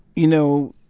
you know,